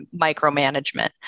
micromanagement